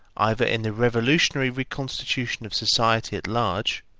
either in a revolutionary re-constitution of society at large,